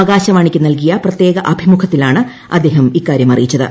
ആകാശവാണിക്ക് നൽകിയ പ്രത്യേക അഭിമുഖത്തിലാണ് അദ്ദേഹം ഇക്കാര്യം അറിയിച്ചത്